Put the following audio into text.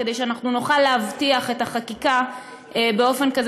כדי שנוכל להבטיח את החקיקה באופן כזה